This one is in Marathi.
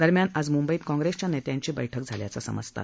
दरम्यान आज मुंबईत काँग्रस्तिया नर्यांची बैठक झाल्याचं समजतं